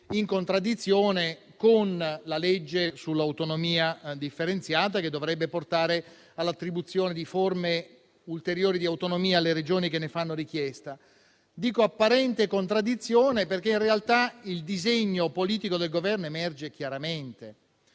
in contraddizione con la legge sull'autonomia differenziata, che dovrebbe portare all'attribuzione di forme ulteriori di autonomia alle Regioni che ne fanno richiesta. Parlo di apparente contraddizione, perché, in realtà, il disegno politico del Governo emerge chiaramente: